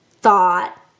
thought